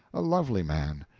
a lovely man,